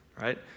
right